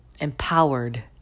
empowered